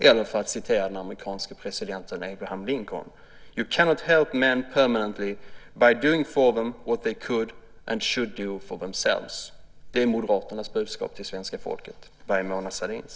Eller för att citera den amerikanske presidenten Abraham Lincoln: You can not help men permanently by doing for them what they could and should do for themselves. Det är Moderaternas budskap till svenska folket. Vad är Mona Sahlins?